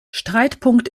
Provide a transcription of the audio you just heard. streitpunkt